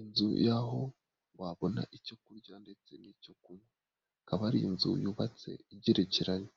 Inzu yaho wabona icyo kurya ndetse n'icyo kunywa akaba ari inzu yubatse igerekeranye,